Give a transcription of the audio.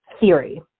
theory